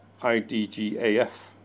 IDGAF